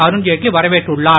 அருண்ஜெட்லி வரவேற்றுள்ளார்